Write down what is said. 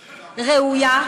ראויה.